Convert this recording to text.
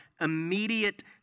immediate